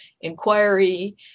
inquiry